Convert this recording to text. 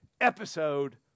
Episode